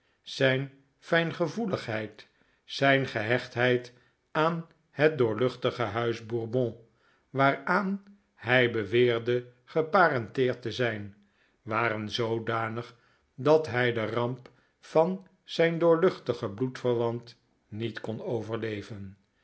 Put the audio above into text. zijn fijngevoeligheid zijn gehechtheid aan het doorluchtige huis bourbon waaraan hij beweerde geparenteerd te zijn waren zoodanig dat hij de ramp van zijn doorluchtigen bloedverwant niet kon overleven